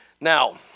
Now